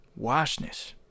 washness